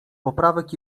poprawek